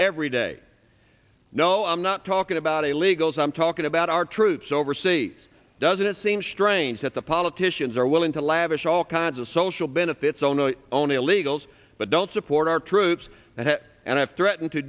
every day no i'm not talking about illegals i'm talking about our troops overseas doesn't it seem strange that the politicians are willing to lavish all kinds of social benefits oh no only illegals but don't support our troops and and have threatened to